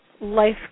life